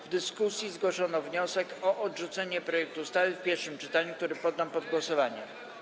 W dyskusji zgłoszono wniosek o odrzucenie projektu ustawy w pierwszym czytaniu, który poddam pod głosowanie.